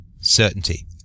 certainty